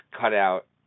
cutout